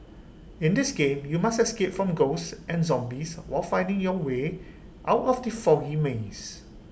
in this game you must escape from ghosts and zombies while finding your way out of the foggy maze